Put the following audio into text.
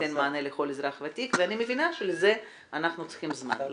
מענה לכל אזרח ותיק ואני מבינה שלזה אנחנו צריכים זמן.